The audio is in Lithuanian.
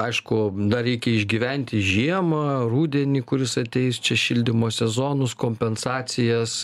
aišku dar reikia išgyventi žiemą rudenį kuris ateis čia šildymo sezonus kompensacijas